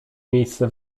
miejsce